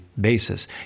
basis